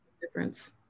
difference